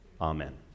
amen